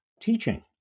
teaching